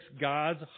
god's